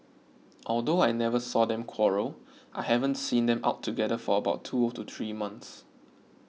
although I never saw them quarrel I haven't seen them out together for about two to three months